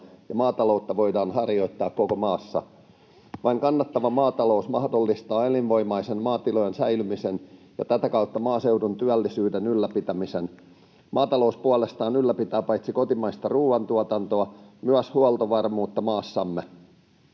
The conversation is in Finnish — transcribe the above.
ja maataloutta voidaan harjoittaa koko maassa. Vain kannattava maatalous mahdollistaa elinvoimaisten maatilojen säilymisen ja tätä kautta maaseudun työllisyyden ylläpitämisen. Maatalous puolestaan ylläpitää paitsi kotimaista ruoantuotantoa myös huoltovarmuutta maassamme.